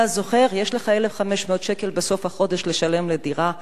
אתה זוכר, יש לך 1,500 שקל בסוף החודש לשלם לדירה.